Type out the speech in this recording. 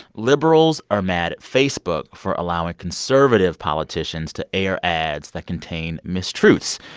liberals are mad at facebook for allowing conservative politicians to air ads that contain mistruths.